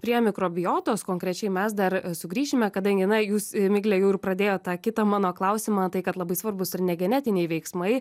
prie mikrobiotos konkrečiai mes dar sugrįšime kadangi na jūs migle jau ir pradėjot tą kitą mano klausimą tai kad labai svarbūs ir ne genetiniai veiksmai